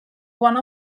one